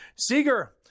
Seeger